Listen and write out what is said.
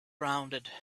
rounded